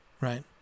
right